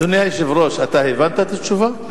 כבוד שר התחבורה ישיב על